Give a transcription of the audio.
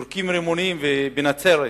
בנצרת